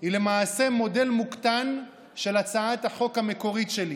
היא למעשה מודל מוקטן של הצעת החוק המקורית שלי,